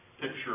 picture